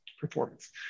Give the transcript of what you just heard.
performance